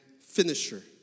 finisher